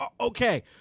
Okay